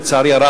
לצערי הרב,